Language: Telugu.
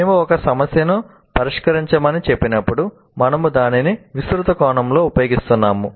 మేము ఒక సమస్యను పరిష్కరించమని చెప్పినప్పుడు మనము దానిని విస్తృత కోణంలో ఉపయోగిస్తున్నాము